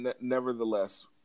nevertheless